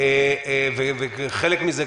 וחלק מזה,